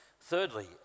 Thirdly